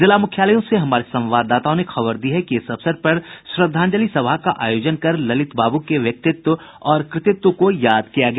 जिला मुख्यालयों से हमारे संवाददाताओं ने खबर दी है कि इस अवसर पर श्रद्धांजलि सभा का आयोजन कर ललित बाबू के व्यक्तित्व और कृतित्व को याद किया गया